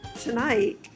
tonight